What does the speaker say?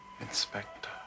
Inspector